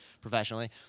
professionally